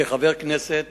כחבר הכנסת